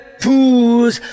pools